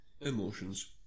Emotions